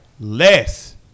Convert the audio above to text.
less